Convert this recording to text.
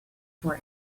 for